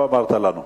לא אמרת לנו.